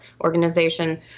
Organization